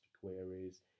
queries